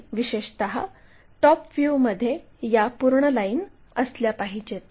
आणि विशेषत या टॉप व्ह्यूमध्ये या पूर्ण लाईन असल्या पाहिजेत